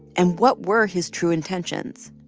and what were his true intentions?